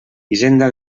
hisenda